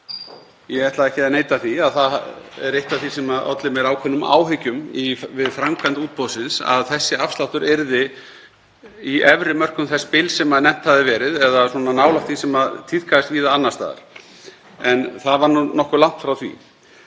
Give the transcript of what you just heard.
Ég ætla ekki að neita því að það er eitt af því sem olli mér ákveðnum áhyggjum við framkvæmd útboðsins að þessi afsláttur yrði í efri mörkum þess bils sem nefnt hafði verið eða nálægt því sem tíðkast víða annars staðar. En það var nokkuð langt frá því.